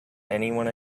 anyone